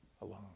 alone